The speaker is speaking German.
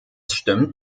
stimmt